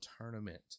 tournament